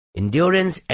endurance